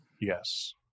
Yes